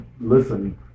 listen